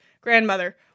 grandmother